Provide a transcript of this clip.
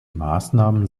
maßnahmen